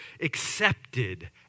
accepted